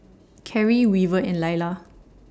Keri Weaver and Lailah